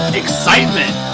excitement